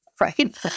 right